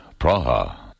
Praha